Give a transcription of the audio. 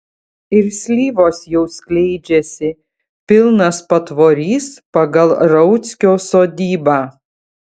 ir slyvos jau skleidžiasi pilnas patvorys pagal rauckio sodybą